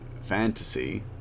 fantasy